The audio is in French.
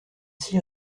six